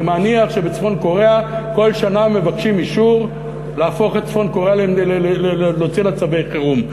אני מניח שבצפון-קוריאה כל שנה מבקשים אישור להוציא לה צווי חרום.